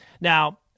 Now